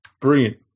Brilliant